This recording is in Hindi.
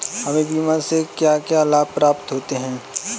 हमें बीमा से क्या क्या लाभ प्राप्त होते हैं?